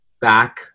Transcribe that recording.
back